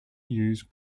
use